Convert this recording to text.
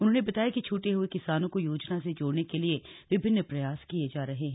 उन्होंने बताया कि छूटे हुए किसानों को योजना से जोड़ने के लिए विभिन्न प्रयास किये जा रहे हैं